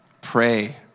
Pray